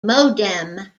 modem